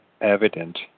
evident